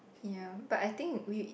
ya but I think we